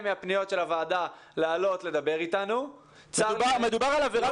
מהפניות של הוועדה לעלות לדבר איתנו -- מדובר על עבירה